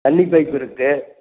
தண்ணி பைப்புருக்குது